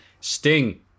Sting